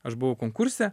aš buvau konkurse